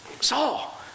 Saul